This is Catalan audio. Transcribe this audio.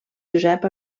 josep